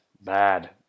bad